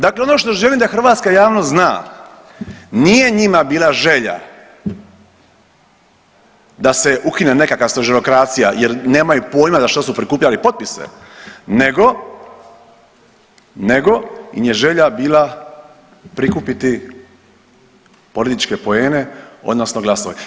Dakle, ono što želim da hrvatska javnost zna, nije njima bila želja da se ukine nekakva stožerokracija jer nemaju pojma za što su prikupljali potpise, nego im je želja bila prikupiti političke poene, odnosno glasove.